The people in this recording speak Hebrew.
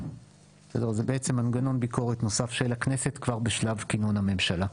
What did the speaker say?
זה מנגנון ביקורת נוסף של הכנסת כבר בשלב כינון הממשלה.